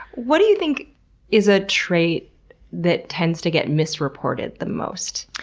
what do you think is a trait that tends to get misreported the most?